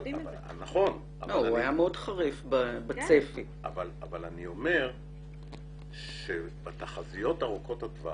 נכון, אבל אני אומר שבתחזיות ארוכות הטווח